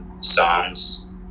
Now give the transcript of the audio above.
songs